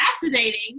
fascinating